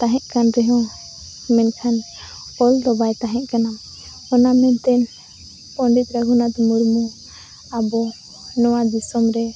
ᱛᱟᱦᱮᱸ ᱠᱟᱱ ᱨᱮᱦᱚᱸ ᱢᱮᱱᱠᱷᱟᱱ ᱚᱞᱫᱚ ᱵᱟᱭ ᱛᱟᱦᱮᱸ ᱠᱟᱱᱟ ᱚᱱᱟ ᱢᱮᱱᱛᱮ ᱯᱚᱸᱰᱮᱛ ᱨᱟᱹᱜᱷᱩᱱᱟᱛᱷ ᱢᱩᱨᱢᱩ ᱟᱵᱚ ᱱᱚᱣᱟ ᱫᱤᱥᱚᱢᱨᱮ